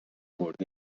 خورده